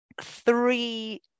three